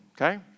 Okay